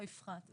לא יפחת.